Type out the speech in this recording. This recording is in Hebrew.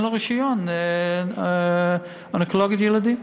אין לו רישיון לאונקולוגית ילדים.